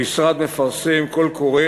המשרד מפרסם קול קורא